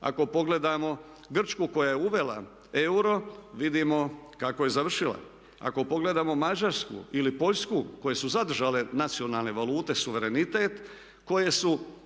Ako pogledamo Grčku koja je uvela euro vidimo kako je završila. Ako pogledamo Mađarsku ili Poljsku koje su zadržale nacionalne valute, suverenitet, koje su